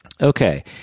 Okay